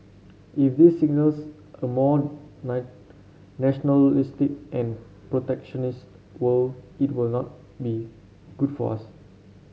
if this signals a more nine nationalistic and protectionist world it will not be good for us